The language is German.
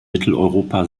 mitteleuropa